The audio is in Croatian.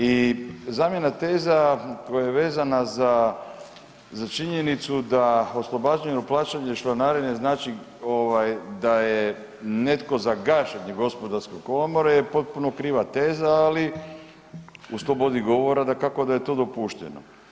I zamjena teza koja je vezana za činjenicu da oslobađanje od plaćanja članarine znači ovaj da je netko za gašenje gospodarske komore je potpuno kriva teza, ali u slobodi govora dakako da je to dopušteno.